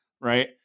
right